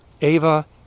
Ava